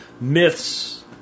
myths